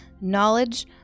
knowledge